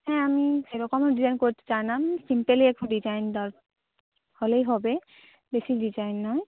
হ্যাঁ আমি এরকমই ডিজাইন করতে চাইলাম সিম্পলই একটু ডিজাইন হলেই হবে বেশি ডিজাইন নয়